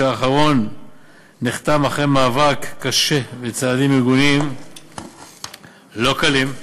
שהאחרון נחתם אחרי מאבק קשה וצעדים ארגוניים לא קלים,